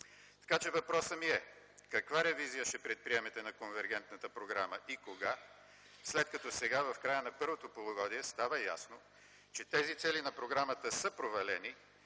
Така че въпросът ми е: каква ревизия ще предприемете на конвергентната програма и кога, след като сега, в края на първото полугодие става ясно, че тези цели на програмата са провалени